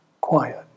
quiet